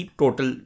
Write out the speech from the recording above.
total